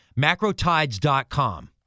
macrotides.com